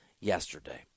yesterday